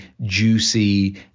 juicy